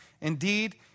Indeed